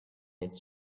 its